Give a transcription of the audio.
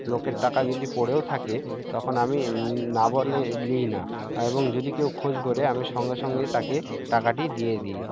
লোকের টাকা যদি পড়েও থাকে তখন আমি না বলে নিই না এবং যদি কেউ খোঁজ করে আমি সঙ্গে সঙ্গেই তাকে টাকাটি দিয়ে দিই